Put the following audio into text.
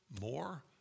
more